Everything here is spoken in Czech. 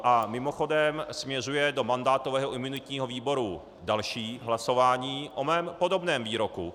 A mimochodem, směřuje do mandátového a imunitního výboru další hlasování o mém podobném výroku.